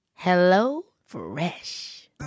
HelloFresh